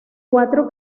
cuatro